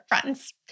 friends